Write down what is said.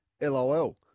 LOL